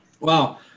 Wow